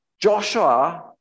Joshua